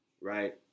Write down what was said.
right